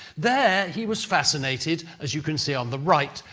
there, he was fascinated, as you can see on the right,